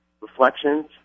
reflections